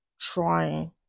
trying